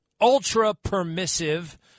ultra-permissive